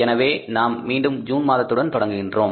எனவே நாம் மீண்டும் ஜூன் மாதத்துடன் தொடர்கின்றோம்